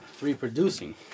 reproducing